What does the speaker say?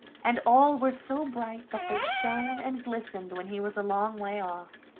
and all were so bright that they shone and glistened when he was a long way off.